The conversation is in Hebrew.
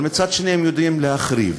אבל מצד שני הם יודעים להחריב.